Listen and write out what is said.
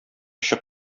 очы